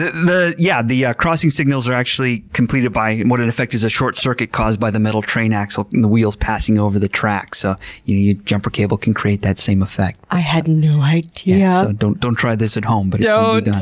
the the yeah yeah crossing signals are actually completed by what in effect is a short circuit caused by the metal train axle and the wheels passing over the track so your jumper cable can create that same effect. i had no idea. don't don't try this at home. but so don't!